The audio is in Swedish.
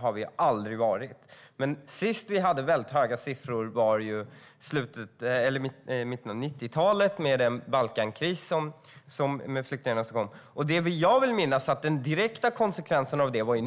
Men senast som vi hade mycket höga siffror var i mitten av 90-talet under Balkankrisen då många flyktingar kom hit. Jag vill minnas att detta följdes av en period med